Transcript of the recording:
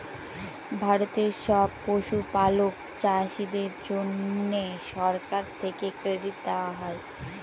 ভারতের সব পশুপালক চাষীদের জন্যে সরকার থেকে ক্রেডিট দেওয়া হয়